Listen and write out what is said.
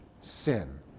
sin